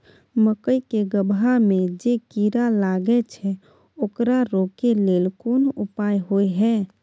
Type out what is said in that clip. मकई के गबहा में जे कीरा लागय छै ओकरा रोके लेल कोन उपाय होय है?